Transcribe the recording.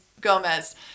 Gomez